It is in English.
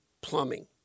plumbing